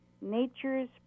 nature's